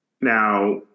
Now